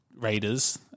Raiders